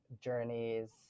journeys